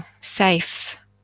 safe